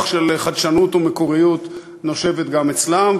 של חדשנות ומקוריות נושבת גם אצלם,